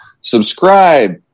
Subscribe